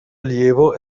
allievo